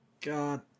God